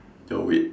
your weight